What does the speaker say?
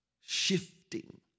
shifting